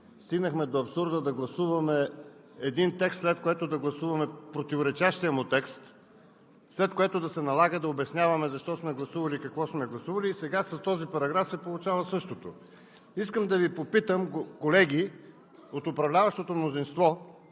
стигнахме до абсурда да гласуваме един текст, след което да гласуваме противоречащия му текст, след това да се налага да обясняваме защо сме гласували и какво сме гласували, сега с този параграф се получава същото. Искам да Ви попитам, колеги от управляващото мнозинство: